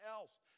else